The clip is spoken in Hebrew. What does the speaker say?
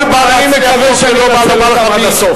אני מקווה שאני אנצל אותן עד הסוף.